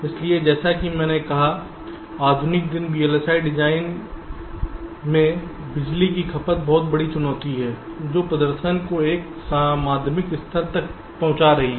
इसलिए जैसा कि मैंने कहा आधुनिक दिन VLSI डिजाइन में बिजली की खपत बहुत बड़ी चुनौती है जो प्रदर्शन को एक माध्यमिक स्तर तक पहुंचा रही है